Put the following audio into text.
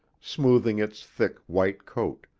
smoothing its thick white coat,